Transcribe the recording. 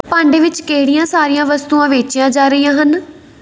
ਭਾਂਡੇ ਵਿੱਚ ਕਿਹੜੀਆਂ ਸਾਰੀਆਂ ਵਸਤੂਆਂ ਵੇਚੀਆਂ ਜਾ ਰਹੀਆਂ ਹਨ